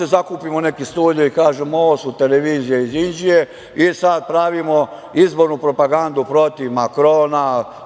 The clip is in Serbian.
zakupimo neki studio i kažemo – ovo su televizije iz Inđije i sad pravimo izbornu propagandu protiv Makrona,